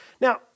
Now